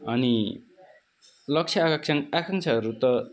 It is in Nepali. अनि लक्ष्य आरक्षण आकाङ्क्षाहरू त